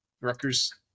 Rutgers